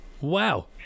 Wow